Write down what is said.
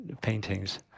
paintings